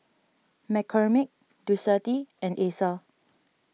McCormick Ducati and Acer